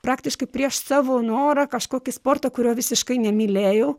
praktiškai prieš savo norą kažkokį sportą kurio visiškai nemylėjau